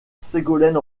ségolène